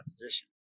position